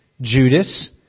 Judas